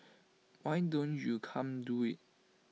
why don't you come do IT